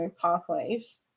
pathways